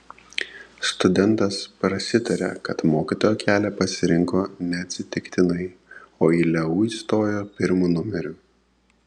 studentas prasitaria kad mokytojo kelią pasirinko neatsitiktinai o į leu įstojo pirmu numeriu